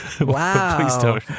wow